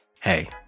Hey